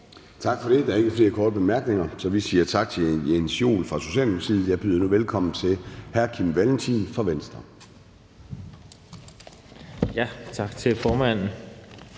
Gade): Der er ikke flere korte bemærkninger, så vi siger tak til hr. Jens Joel fra Socialdemokratiet. Jeg byder nu velkommen til hr. Kim Valentin fra Venstre. Kl. 10:59 (Ordfører)